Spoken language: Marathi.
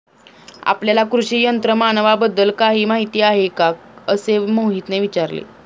आपल्याला कृषी यंत्रमानवाबद्दल काही माहिती आहे का असे मोहितने विचारले?